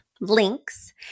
links